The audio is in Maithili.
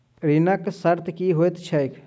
ऋणक शर्त की होइत छैक?